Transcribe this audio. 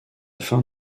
fin